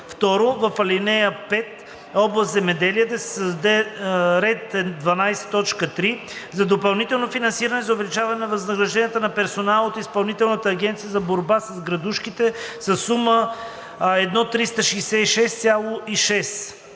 2. В ал. 5, Област „Земеделие“ да се създаде ред 12.3. – „За допълнително финансиране за увеличение на възнагражденията на персонала от Изпълнителната агенция за борба с градушките“ със сума „1 366,6